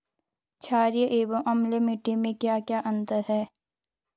छारीय एवं अम्लीय मिट्टी में क्या क्या अंतर हैं?